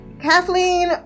Kathleen